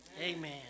Amen